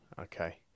Okay